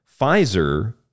Pfizer